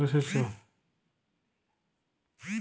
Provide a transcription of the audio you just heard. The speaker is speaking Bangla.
কর্ল মালে হছে ভুট্টা যেট ইক ধরলের শস্য